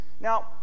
Now